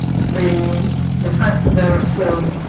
the the fact that there are still,